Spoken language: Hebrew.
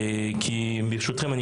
ברשותכם,